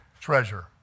treasure